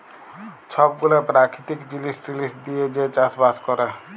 ছব গুলা পেরাকিতিক জিলিস টিলিস দিঁয়ে যে চাষ বাস ক্যরে